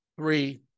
Three